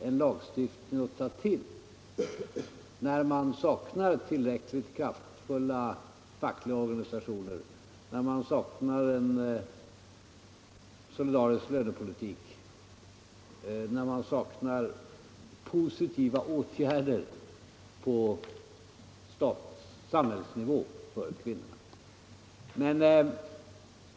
än lagstiftning att ta till, när man saknar tillräckligt kraftfulla fackliga organisationer, när man saknar en solidarisk lönepolitik, när man saknar positiva åtgärder på samhällsnivå för kvinnorna.